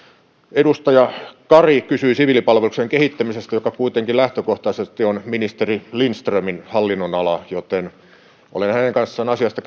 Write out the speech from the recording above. edustaja kari kysyi siviilipalveluksen kehittämisestä joka kuitenkin lähtökohtaisesti on ministeri lindströmin hallinnonalaa joten olen hänen kanssaan asiasta